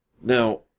Now